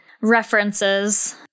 references